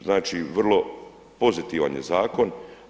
Znači, vrlo pozitivan je zakon.